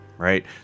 Right